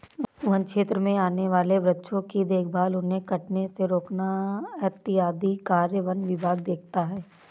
वन्य क्षेत्र में आने वाले वृक्षों की देखभाल उन्हें कटने से रोकना इत्यादि कार्य वन विभाग देखता है